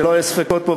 שלא יהיו ספקות פה,